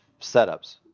setups